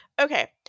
Okay